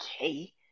okay